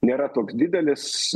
nėra toks didelis